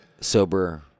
sober